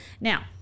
Now